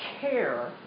care